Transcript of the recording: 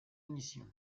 mission